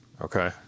Okay